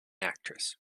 actress